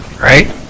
Right